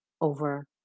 over